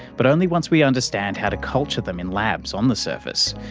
but only once we understand how to culture them in labs on the surface,